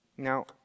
Now